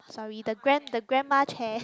sorry the grand~ the grandma chair